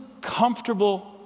comfortable